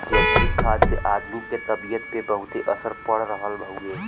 जैविक खाद से आदमी के तबियत पे बहुते असर पड़ रहल हउवे